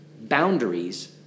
boundaries